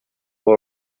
all